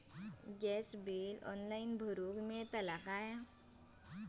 Gas bill online भरुक मिळता काय?